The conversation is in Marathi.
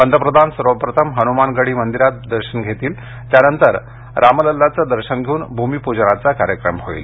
पंतप्रधान सर्वप्रथम हनुमान गढी मंदिरात दर्शन घेणार आहेत त्यानंतर रामलल्लाचं दर्शन घेऊन भूमिपूजनाचा कार्यक्रम होईल